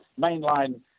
mainline